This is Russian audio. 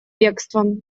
бегством